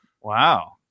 Wow